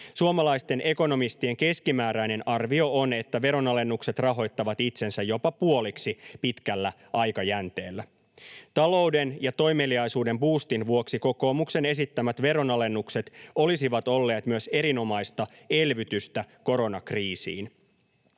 Suomalaisten ekonomistien keskimääräinen arvio on, että veronalennukset rahoittavat itsensä jopa puoliksi pitkällä aikajänteellä. Talouden ja toimeliaisuuden buustin vuoksi kokoomuksen esittämät veronalennukset olisivat olleet myös erinomaista elvytystä koronakriisiin.